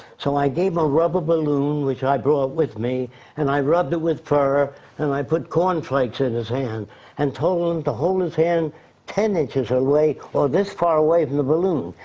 so, i gave him a rubber balloon which i brought with me and i rubbed it with fur and i put corn flakes in his hand and told him to hold his hand ten inches away or this far away from the balloon.